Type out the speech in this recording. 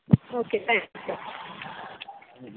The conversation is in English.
okay thank you